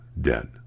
dead